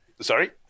Sorry